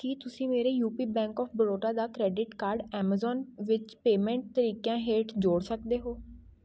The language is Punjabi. ਕੀ ਤੁਸੀਂਂ ਮੇਰੇ ਯੂਪੀ ਬੈਂਕ ਆਫ ਬੜੌਦਾ ਦਾ ਕ੍ਰੈਡਿਟ ਕਾਰਡ ਐਮਾਜ਼ੋਨ ਵਿੱਚ ਪੇਮੈਂਟ ਤਰੀਕਿਆਂ ਹੇਠ ਜੋੜ ਸਕਦੇ ਹੋ